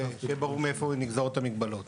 שיהיה ברור מאיפה נגזרות המגבלות.